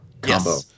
combo